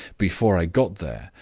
before i got there,